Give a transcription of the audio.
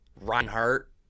Reinhardt